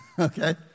okay